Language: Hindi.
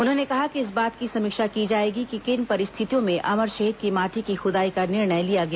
उन्होंने कहा कि इस बात की समीक्षा की जाएगी कि किन परिस्थितियों में अमर शहीद की माटी की खुदाई का निर्णय लिया गया